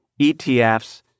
ETFs